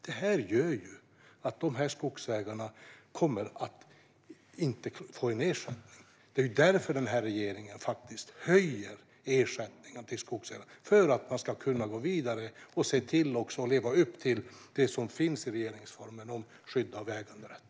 Det här gör att skogsägarna inte kommer att få en ersättning. Den här regeringen höjer ersättningen till skogsägarna för att man ska kunna gå vidare och leva upp till det som finns i regeringsformen om skydd av äganderätt.